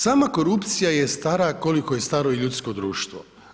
Sama korupcija je stara koliko je staro i ljudsko društvo.